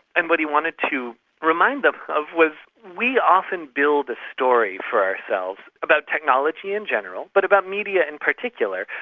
and what he wanted to remind us ah of was we often build a story for ourselves about technology in general but about media in particular,